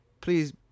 Please